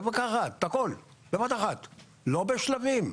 בבת אחת ולא בשלבים.